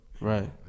right